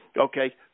Okay